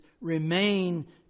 remain